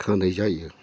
खांनाय जायो